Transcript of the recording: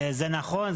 זה נכון,